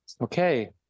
Okay